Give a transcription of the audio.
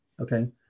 okay